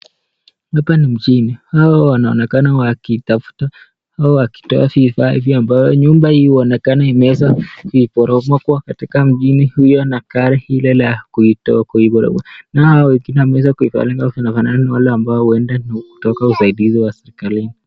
Hapa ni mjini hawa wanaonekana wakitoa vifaa ambayo nyumba hii inaonekana imeanza viporomoka katika mjini huyu ana gari iliya...nao wameweza kufanana na wale ambao uenda utaka usaidizi serekalini.